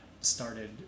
started